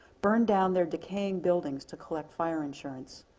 burned down their decaying buildings to collect fire insurance.